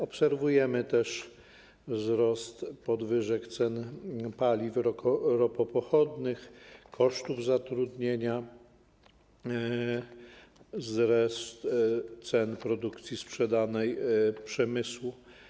Obserwujemy też wzrost podwyżek cen paliw ropopochodnych, kosztów zatrudnienia, cen produkcji sprzedanej przemysłu.